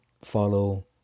follow